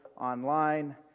online